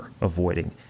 avoiding